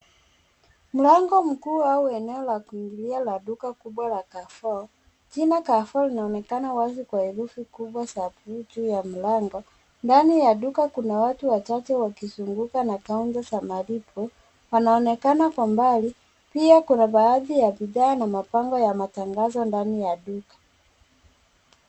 Mlango mkuu au eneo la kuingilia la duka kubwa la Carrefour. Jina Carrefour linaonekana wazi kwa herufi kubwa za blue juu ya mlango. Ndani ya duka kuna watu wachache wakizunguka na kaunta za mavitu, wanaonekana kwa mbali. Pia kuna baadhi ya bidhaa na mabango ya matangazo ndani ya duka.